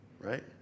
right